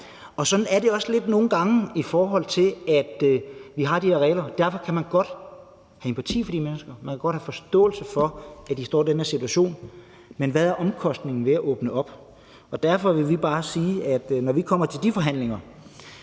Og sådan er det også lidt nogle gange, i forhold til at vi har de her regler. Derfor kan man godt have sympati for de mennesker, man kan godt have forståelse for, at de står i den her situation, men hvad er omkostningen ved at åbne op? Derfor vil vi bare sige, at når vi kommer til de forhandlinger,